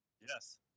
Yes